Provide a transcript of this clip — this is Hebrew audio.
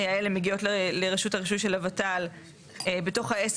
האלה מגיעות לרשות הרישוי של הוות"ל בתוך ה-10